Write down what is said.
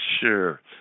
Sure